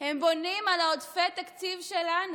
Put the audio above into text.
הם בונים על עודפי התקציב שלנו,